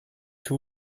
two